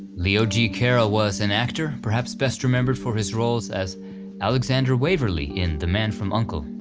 leo g carroll was an actor perhaps best remembered for his roles as alexander waverly in the man from uncle,